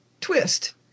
twist